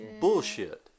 bullshit